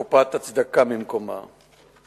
(לא נקראה, נמסרה